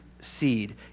seed